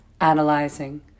analyzing